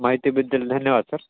माहितीबद्दल धन्यवाद सर